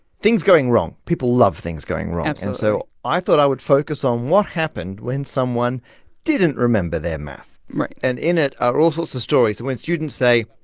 things going wrong people love things going wrong absolutely and so i thought i would focus on what happened when someone didn't remember their math right and in it are all sorts of stories. when students say,